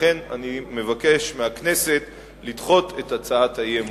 לכן אני מבקש מהכנסת לדחות את הצעת האי-אמון.